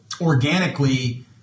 organically